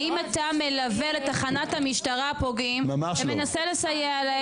האם אתה מלווה לתחנת המשטרה פוגעים ומנסה לסייע להם,